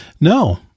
No